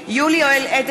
(קוראת בשמות חברי הכנסת) יולי יואל אדלשטיין,